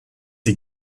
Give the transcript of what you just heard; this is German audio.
die